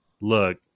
look